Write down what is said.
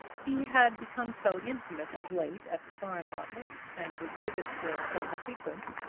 he had become so intimate of late at the foreign office, and his visits were so frequent,